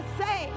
say